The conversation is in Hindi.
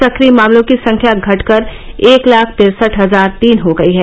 सक्रिय मामलों की संख्या घट कर एक लाख तिरसठ हजार तीन हो गयी है